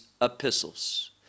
epistles